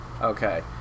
Okay